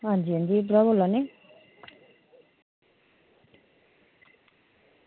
अंजी अंजी उद्धरा बोल्ला नै